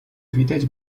widać